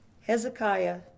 Hezekiah